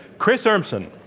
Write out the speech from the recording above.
chris urmson.